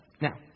Now